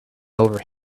over